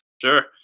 Sure